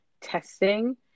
testing